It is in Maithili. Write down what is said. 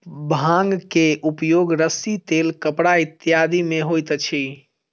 भांग के उपयोग रस्सी तेल कपड़ा इत्यादि में होइत अछि